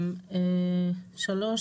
3,